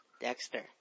Dexter